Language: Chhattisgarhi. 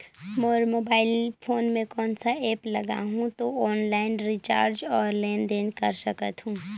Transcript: मोर मोबाइल फोन मे कोन सा एप्प लगा हूं तो ऑनलाइन रिचार्ज और लेन देन कर सकत हू?